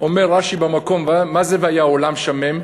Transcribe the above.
אומר רש"י במקום, מה זה "והיה העולם שמם"?